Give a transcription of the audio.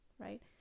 Right